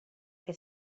que